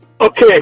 Okay